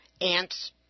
ants